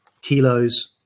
kilos